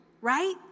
right